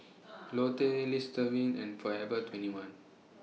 Lotte Listerine and Forever twenty one